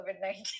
COVID-19